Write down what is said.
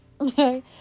Okay